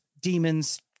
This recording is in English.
demons